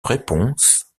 réponse